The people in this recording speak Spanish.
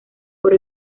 por